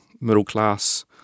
middle-class